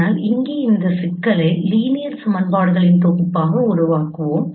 ஆனால் இங்கே இந்த சிக்கலை லீனியர் சமன்பாடுகளின் தொகுப்பாக உருவாக்குவோம்